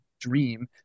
dream